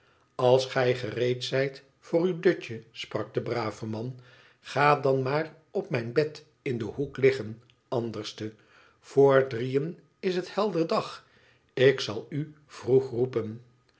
als gij gereed zijt voor uw dutje sprak de brave man ga dan maar op mijn bed in den hoek liggen anderste vr drieën is het helder dag ik zal u vroeg roepen